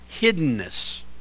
hiddenness